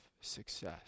success